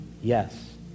Yes